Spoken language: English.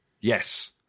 Yes